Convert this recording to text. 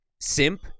simp